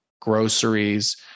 groceries